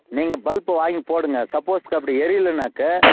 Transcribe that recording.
நீங்கள் பல்பை வாங்கி போடுங்க சப்போஸ் அப்படி எரியலனாக்கா